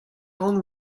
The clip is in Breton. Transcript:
ran